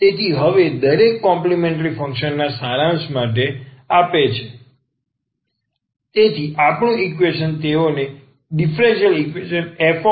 તેથી હવે દરેક કોમ્પલિમેન્ટ્રી ફંક્શન સારાંશ આપવા માટે છે તેથી આપણું ઈક્વેશન તેઓએ ડિફરન્ટલ ઇક્વેશન fDy0 આપ્યું